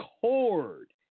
cord